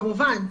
כמובן.